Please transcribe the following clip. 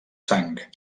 sang